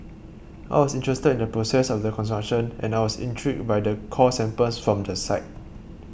I was interested in the process of the construction and I was intrigued by the core samples from the site